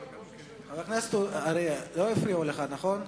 חבר הכנסת אריאל, לא הפריעו לך, נכון?